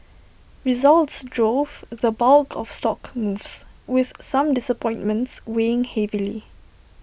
results drove the bulk of stock moves with some disappointments weighing heavily